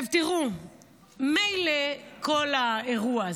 עכשיו, תראו, מילא כל האירוע הזה,